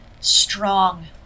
strong